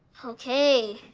ok,